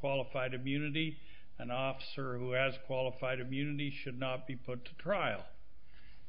qualified immunity an officer who has qualified immunity should not be put to trial